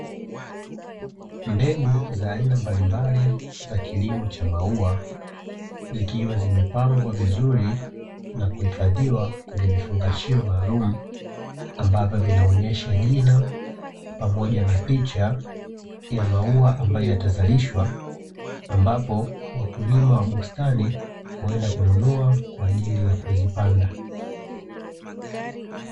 Mbegu za aina mbalimbali za kilimo cha maua zikiwa zimepangwa vizuri na kuhifadhiwa kwenye vifungashio maalumu, ambavyo vinaonyesha jina pamoja na picha ya maua ambayo yatazalishwa ambapo wakulima wa bustani huenda kununua kwa ajili ya kuzipanda.